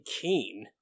keen